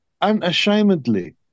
unashamedly